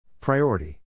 Priority